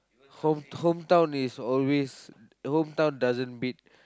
home hometown is always hometown doesn't beat